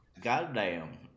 Goddamn